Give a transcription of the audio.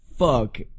fuck